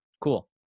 cool